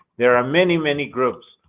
there are many, many groups,